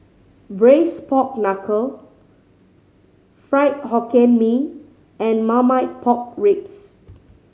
Braised Pork Knuckle Fried Hokkien Mee and Marmite Pork Ribs